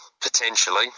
Potentially